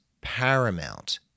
paramount